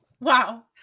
wow